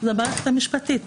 זאת המערכת המשפטית.